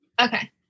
Okay